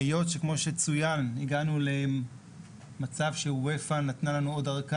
היות וכמו שצוין הגענו למצב שאופ"א נתנה לנו עוד ארכה